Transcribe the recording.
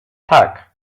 tak